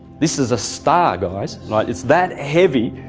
this is a star guys, like it's that heavy.